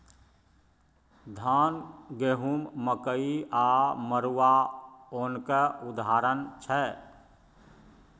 धान, गहुँम, मकइ आ मरुआ ओनक उदाहरण छै